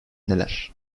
neler